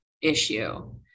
issue